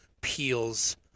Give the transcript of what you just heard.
Peel's